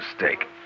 mistake